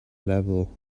level